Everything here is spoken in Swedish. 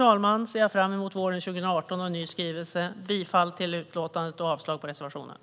Med det ser jag fram emot våren 2018 och en ny skrivelse. Jag yrkar bifall till utskottets förslag och avslag på reservationerna.